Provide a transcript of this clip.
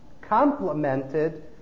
complemented